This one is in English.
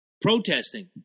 protesting